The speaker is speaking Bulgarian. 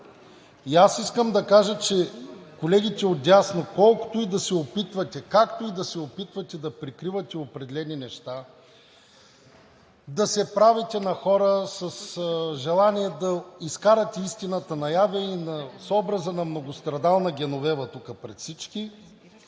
Искам да кажа на колегите отдясно: колкото и да се опитвате, както и да се опитвате да прикривате определени неща, да се правите на хора с желание да изкарате истината наяве с образа на многострадална Геновева тук пред всички,